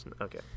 Okay